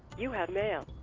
you have mail.